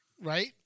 right